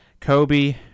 Kobe